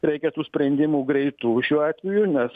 reikia tų sprendimų greitų šiuo atveju nes